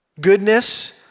Goodness